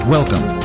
Welcome